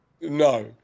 No